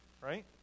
right